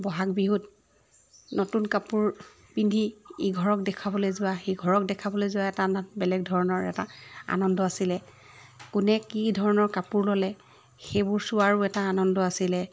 বহাগ বিহুত নতুন কাপোৰ পিন্ধি ইঘৰক দেখাবলৈ যোৱা সিঘৰক দেখাবলৈ যোৱা এটা বেলেগ ধৰণৰ আনন্দ আছিলে কোনে কি ধৰণৰ কাপোৰ ল'লে সেইবোৰ চোৱাৰো এটা আনন্দ আছিলে